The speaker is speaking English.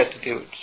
attitudes